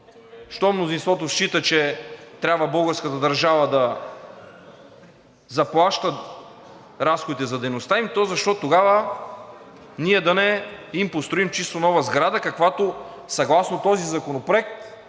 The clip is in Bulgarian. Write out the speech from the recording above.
Щом мнозинството счита, че трябва българската държава да заплаща разходите за дейността им, то защо тогава ние да не им построим чисто нова сграда, каквато съгласно този законопроект